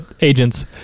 agents